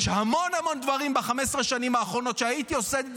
יש המון המון דברים ב-15 השנים האחרונות שהייתי עושה שונה.